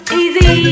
easy